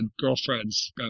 girlfriend's